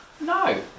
No